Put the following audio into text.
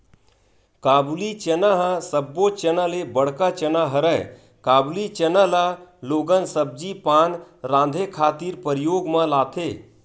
काबुली चना ह सब्बो चना ले बड़का चना हरय, काबुली चना ल लोगन सब्जी पान राँधे खातिर परियोग म लाथे